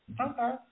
Okay